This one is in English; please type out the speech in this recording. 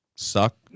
Suck